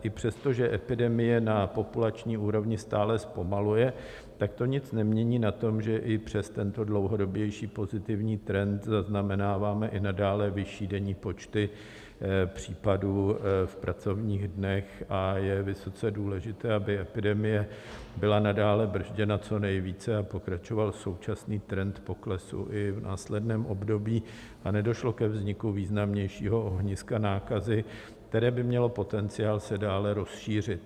I přestože epidemie na populační úrovni stále zpomaluje, tak to nic nemění na tom, že i přes tento dlouhodobější pozitivní trend zaznamenáváme i nadále vyšší denní počty případů v pracovních dnech a je vysoce důležité, aby epidemie byla nadále brzděna co nejvíce a pokračoval současný trend poklesu i v následném období a nedošlo ke vzniku významnějšího ohniska nákazy, které by mělo potenciál se dále rozšířit.